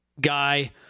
guy